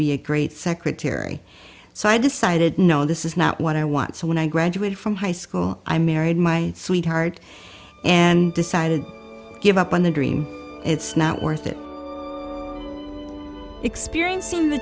be a great secretary so i decided no this is not what i want so when i graduated from high school i married my sweetheart and decided to give up on the dream it's not worth it experience in the